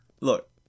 Look